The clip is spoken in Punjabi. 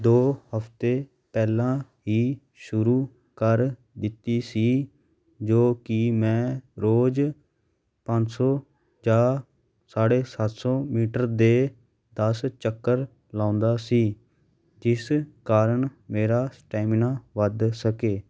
ਦੋ ਹਫਤੇ ਪਹਿਲਾਂ ਹੀ ਸ਼ੁਰੂ ਕਰ ਦਿੱਤੀ ਸੀ ਜੋ ਕਿ ਮੈਂ ਰੋਜ਼ ਪੰਜ ਸੌ ਜਾਂ ਸਾਢੇ ਸੱਤ ਸੌ ਮੀਟਰ ਦੇ ਦਸ ਚੱਕਰ ਲਾਉਂਦਾ ਸੀ ਜਿਸ ਕਾਰਨ ਮੇਰਾ ਸਟੈਮਿਨਾ ਵੱਧ ਸਕੇ